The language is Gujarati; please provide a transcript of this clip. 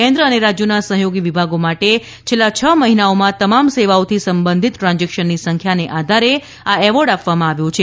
કેન્દ્ર અને રાજ્યોના સહયોગી વિભાગો માટે છેલ્લા છ મહિનાઓમાં તમામ સેવાઓથી સંબંધિત ટ્રાન્ઝેકશનની સંખ્યાને આધારે આ એવોર્ડ આપવામાં આવ્યો છે